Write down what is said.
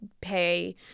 Pay